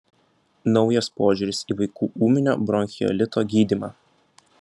naujas požiūris į vaikų ūminio bronchiolito gydymą